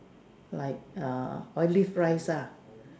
like err Olive rice ah